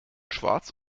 schwarz